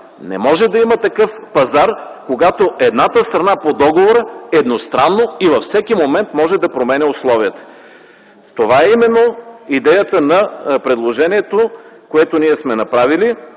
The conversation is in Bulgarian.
Не може да има такъв пазар, когато едната страна по договора едностранно и във всеки момент може да променя условията. Това е именно идеята на предложението, което ние сме направили.